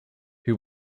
who